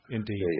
Indeed